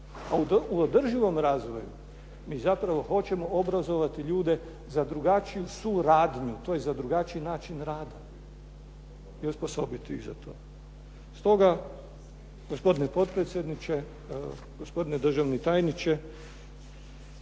A u održivom razvoju mi zapravo hoćemo obrazovati ljude za drugačiju suradnju, tj. za drugačiji način rada i osposobiti ih za to. Stoga, gospodine potpredsjedniče, gospodine državni tajniče